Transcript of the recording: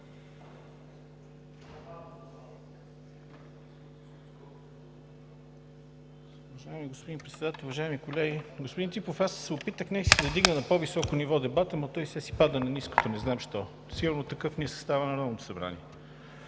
Уважаеми господин Председател, уважаеми колеги! Господин Ципов, аз се опитах да вдигна на по-високо ниво дебата, но той все си пада на ниското – не знам защо. Сигурно такъв е съставът на Народното събрание.